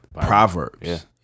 Proverbs